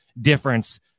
difference